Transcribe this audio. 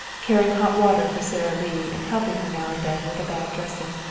carrying hot water for sara lee and helping her now and then with a bad dressing.